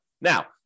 Now